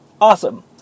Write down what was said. Awesome